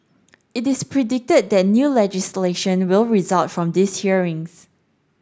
it is predicted that new legislation will result from these hearings